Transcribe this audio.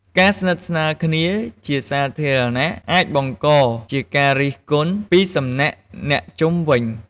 ការស្និទ្ធស្នាលគ្នាជាសាធារណៈអាចបង្កជាការរិះគន់ពីសំណាក់អ្នកជុំវិញ។